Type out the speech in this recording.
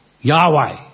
Yahweh